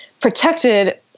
protected